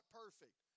perfect